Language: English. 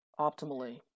optimally